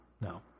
No